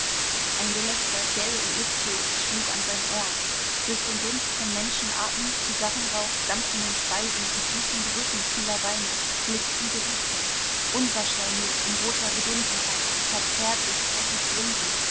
ein gelächter gell und mißtönend schlug an sein ohr durch den dunst von menschenatem zigarrenrauch dampfenden speisen und süßen gerüchen vieler weine blickten gesichter unwahrscheinlich in roter gedunsenheit verzerrt durch freches grinsen